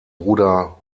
bruder